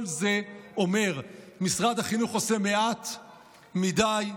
כל זה אומר שמשרד החינוך עושה מעט מדי,